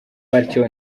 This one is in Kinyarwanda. batyo